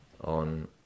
on